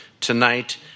tonight